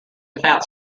without